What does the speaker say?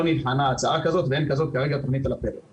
לא נבחנה הצעה כזאת ואין תוכנית כזאת על הפרק כרגע.